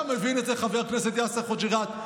אתה מבין את זה, חבר הכנסת יאסר חוג'יראת?